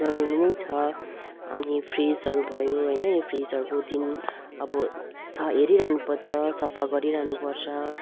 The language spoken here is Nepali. जरुरी नै छ अनि फ्रिजहरू भयो हैन यो फ्रिजहरूको दिन अब छ अब हेरिरहनुपर्छ सफा गरिरहनुपर्छ